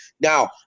Now